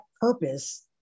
purpose